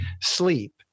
sleep